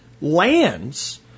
lands